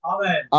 Amen